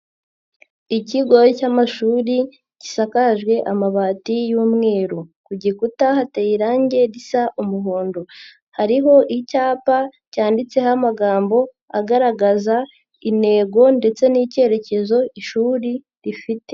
Ikigo cy'amashuri gisakajwe amabati y'umweru, ku gikuta hateye irangi risa umuhondo, hariho icyapa cyanditseho amagambo agaragaza intego ndetse n'icyerekezo ishuri rifite.